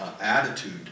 attitude